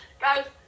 Guys